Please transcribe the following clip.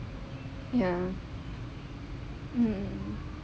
ya mm